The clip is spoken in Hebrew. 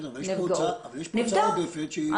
אבל יש פה הוצאה עודפת שהיא שלא כדרך הטבע.